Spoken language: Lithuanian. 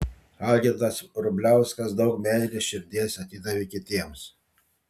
algirdas vrubliauskas daug meilės širdies atidavė kitiems